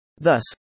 Thus